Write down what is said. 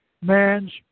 man's